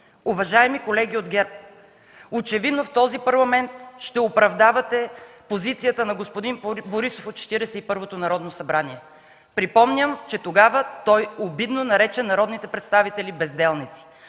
Уважаеми колеги от ГЕРБ, очевидно в този Парламент ще оправдавате позицията на господин Борисов от Четиридесет и първото Народно събрание. Припомням, че тогава той обидно нарече народните представители безделници.